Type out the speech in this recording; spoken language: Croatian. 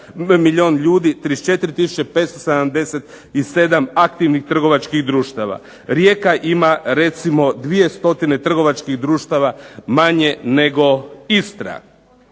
milijun ljudi, 34 tisuće 577 aktivnih trgovačkih društava. Rijeka ima recimo 200 trgovačkih društava manje nego Istra.